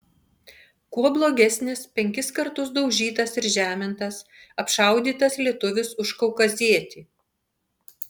kuo blogesnis penkis kartus daužytas ir žemintas apšaudytas lietuvis už kaukazietį